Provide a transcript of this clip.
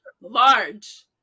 large